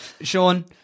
Sean